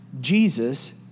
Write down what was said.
Jesus